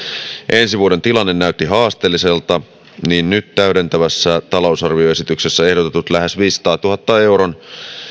ensi vuoden tilanne näytti haasteelliselta niin nyt täydentävässä talousarvioesityksessä ehdotetut lähes viidensadantuhannen euron